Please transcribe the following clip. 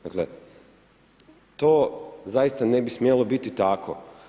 Dakle to zaista ne bi smjelo biti tako.